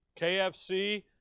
KFC